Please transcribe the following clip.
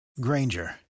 Granger